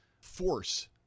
force